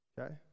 Okay